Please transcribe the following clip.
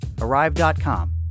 Arrive.com